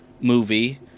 movie